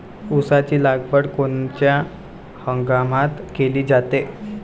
ऊसाची लागवड कोनच्या हंगामात केली जाते?